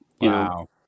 Wow